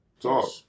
Talk